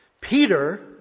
Peter